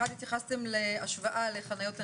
התייחסתם להשוואה לחניות הנכים,